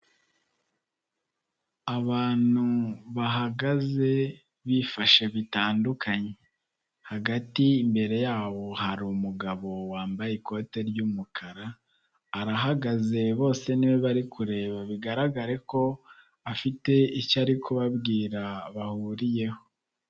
Abantu bahagaze bifashe bitandukanye, hagati imbere yabo hari umugabo wambaye ikote ry'umukara, arahagaze bose ni we bari kureba, bigaragare ko afite icyo ari kubabwira bahuriyeho.